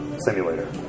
simulator